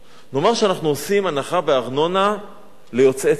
נאמר שאנחנו עושים הנחה בארנונה ליוצאי צבא,